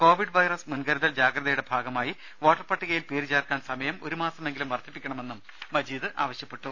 Covid virus മുൻകരുതൽ ജാഗ്രതയുടെ ഭാഗമായി വോട്ടർ പട്ടികയിൽ പേരുചേർക്കാൻ സമയം ഒരു മാസമെങ്കിലും വർധിപ്പിക്കണമെന്നും മജീദ് ആവശ്യപ്പെട്ടു